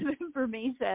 information